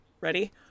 Ready